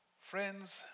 friends